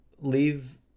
leave